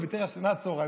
הוא ויתר על שנת הצוהריים,